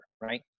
right